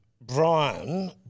Brian